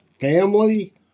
family